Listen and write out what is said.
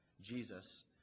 Jesus